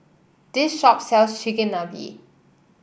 this shop sells Chigenabe